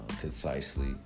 concisely